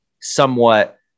somewhat